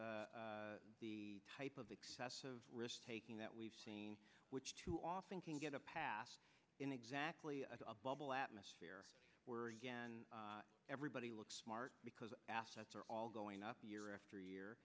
against type of excessive risk taking that we've seen which too often can get a pass in exactly a bubble atmosphere where everybody looks smart because assets are all going up year after year